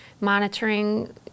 monitoring